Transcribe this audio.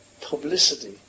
publicity